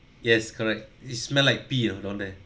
yes correct it's smell like you know down there